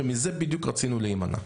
שמזה בדיוק רצינו להימנע.